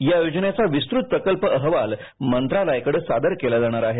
या योजनेचा विस्तृत प्रकल्प अहवाल मंत्रालयाकडे सादर केला जाणार आहे